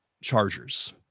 Chargers